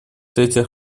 третья